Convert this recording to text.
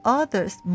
others